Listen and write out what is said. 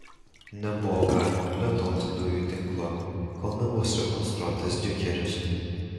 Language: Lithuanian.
nebuvo galima plėtoti dujų tinklo kol nebus rekonstruotas diukeris